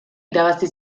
irabazi